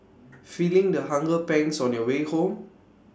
feeling the hunger pangs on your way home